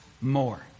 more